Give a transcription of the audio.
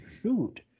Shoot